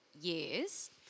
years